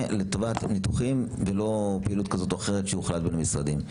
לטובת ניתוחים ולא פעילות כזו או אחרת שיוחלט במשרדים.